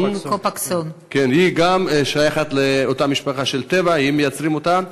"קופקסון" גם שייכת לאותה משפחה של "טבע" היא מייצרת אותה,